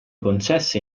concesse